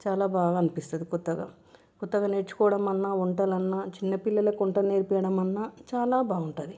చాలా బాగా అనిపిస్తుంది కొత్తగా కొత్తగా నేర్చుకోవడం అన్నా వంటలు అన్నా చిన్నపిల్లలకు వంట నేర్పియడం అన్నా చాలా బాగుంటుంది